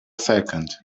second